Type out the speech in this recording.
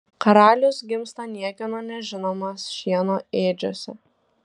karalius gimsta niekieno nežinomas šieno ėdžiose